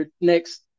next